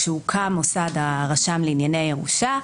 כשהוקם מוסד הרשם לענייני ירושה,